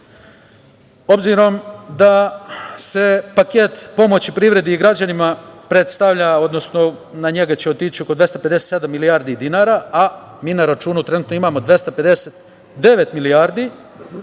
obzirom da se paket pomoći privredi i građanima predstavlja, odnosno na njega će otići oko 257 milijardi dinara, a mi na računu imamo 259 milijardi.